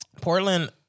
Portland